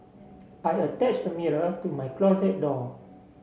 I attached a mirror to my closet door